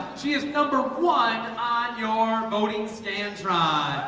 she is number one you're voting scantron